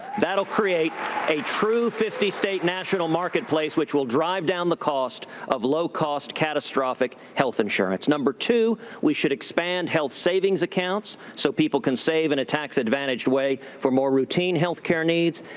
that will create a true fifty state national marketplace which will drive down the cost of low-cost, catastrophic health insurance. number two, we should expand health savings accounts so people can save in a tax-advantaged way for more routine healthcare needs.